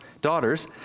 daughters